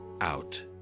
out